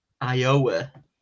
Iowa